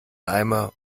eimer